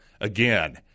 again